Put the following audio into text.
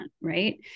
right